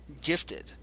gifted